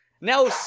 Now